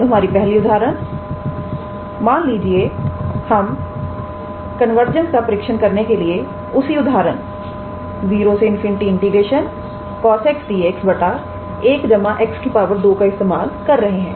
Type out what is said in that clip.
तो हमारी पहली उदाहरण मान लीजिए हम कन्वर्जेंसका परीक्षण करने के लिए उसी उदाहरण0∞ 𝑐𝑜𝑠𝑥𝑑𝑥1𝑥 2 का इस्तेमाल कर रहे हैं